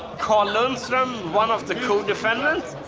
carl lundstrom, one of the co-defendants